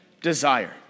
desire